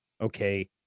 okay